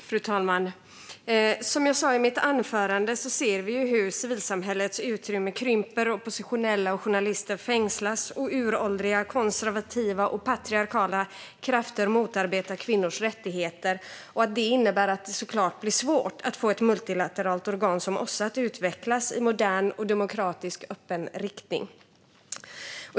Fru talman! Som jag sa i mitt anförande ser vi hur civilsamhällets utrymme krymper. Oppositionella och journalister fängslas, och uråldriga, konservativa och patriarkala krafter motarbetar kvinnors rättigheter. Det innebär såklart att det blir svårt att få ett multilateralt organ som OSSE att utvecklas i modern och demokratisk, öppen riktning.